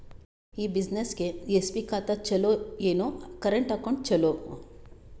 ಈ ಬ್ಯುಸಿನೆಸ್ಗೆ ಎಸ್.ಬಿ ಖಾತ ಚಲೋ ಏನು, ಕರೆಂಟ್ ಅಕೌಂಟ್ ಚಲೋ?